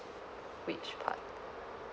which part